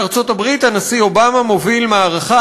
בארצות-הברית הנשיא אובמה מוביל מערכה